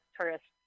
tourists